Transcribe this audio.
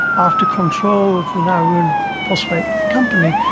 after control of the nauruan phosphate company,